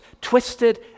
twisted